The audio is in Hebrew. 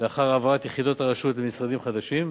לאחר העברת יחידות הרשות למשרדים חדשים.